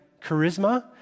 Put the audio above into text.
charisma